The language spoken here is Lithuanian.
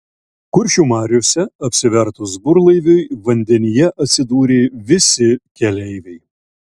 kuršių mariose apsivertus burlaiviui vandenyje atsidūrė visi keleiviai